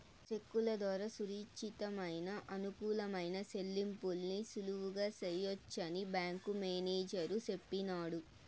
సెక్కుల దోరా సురచ్చితమయిన, అనుకూలమైన సెల్లింపుల్ని సులువుగా సెయ్యొచ్చని బ్యేంకు మేనేజరు సెప్పినాడు